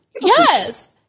Yes